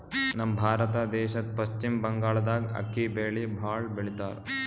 ನಮ್ ಭಾರತ ದೇಶದ್ದ್ ಪಶ್ಚಿಮ್ ಬಂಗಾಳ್ದಾಗ್ ಅಕ್ಕಿ ಬೆಳಿ ಭಾಳ್ ಬೆಳಿತಾರ್